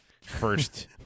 first